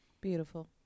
Beautiful